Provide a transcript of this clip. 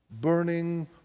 Burning